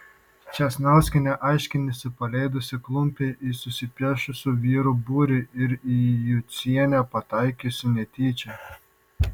česnauskienė aiškinasi paleidusi klumpe į susipešusių vyrų būrį ir į jucienę pataikiusi netyčia